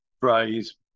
phrase